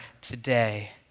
today